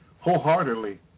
wholeheartedly